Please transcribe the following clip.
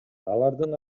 алардын